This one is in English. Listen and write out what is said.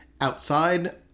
outside